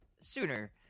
sooner